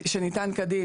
שניתן כדין,